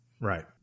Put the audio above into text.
right